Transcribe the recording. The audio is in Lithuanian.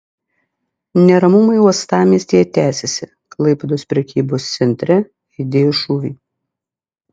neramumai uostamiestyje tęsiasi klaipėdos prekybos centre aidėjo šūviai